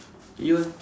you eh